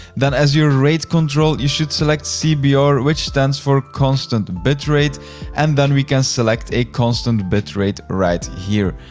then as your rate control, you should select cbr, which stands for constant bit rate and then we can select a constant bit rate right here.